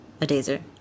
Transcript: Adazer